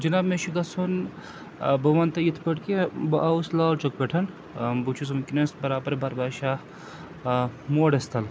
جِناب مےٚ چھِ گَژھُن بہٕ وَنہٕ تۄہہِ یِتھ پٲٹھۍ کہِ بہٕ آوُس لال چوک پٮ۪ٹھ بہٕ چھُس وٕنۍکٮ۪نَس بَرابر بربرشاہ موڈَس تَل